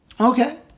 Okay